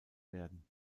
sein